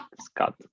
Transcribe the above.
scott